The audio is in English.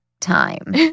time